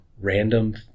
random